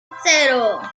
cero